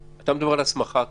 אתה מדבר על הסמכה כללית,